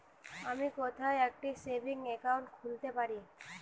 আমি কোথায় একটি সেভিংস অ্যাকাউন্ট খুলতে পারি?